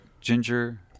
ginger